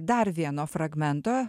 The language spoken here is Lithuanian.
dar vieno fragmento